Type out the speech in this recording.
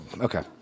Okay